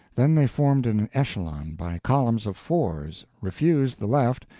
then they formed in echelon, by columns of fours, refused the left,